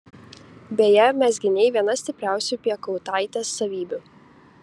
beje mezginiai viena stipriausių piekautaitės savybių